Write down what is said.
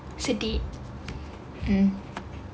sedih um